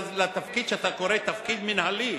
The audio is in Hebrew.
לתפקיד שאתה קורא לו "תפקיד מינהלי",